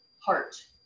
heart